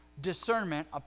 discernment